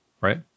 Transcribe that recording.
right